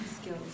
skills